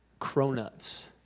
cronuts